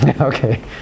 Okay